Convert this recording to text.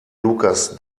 lukas